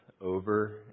over